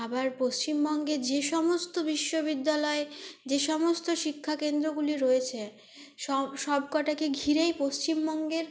আবার পশ্চিমবঙ্গের যে সমস্ত বিশ্ববিদ্যালয় যে সমস্ত শিক্ষাকেন্দ্রগুলি রয়েছে সব সবকটাকে ঘিরেই পশ্চিমবঙ্গের